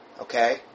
okay